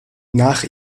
nach